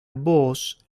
voz